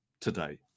today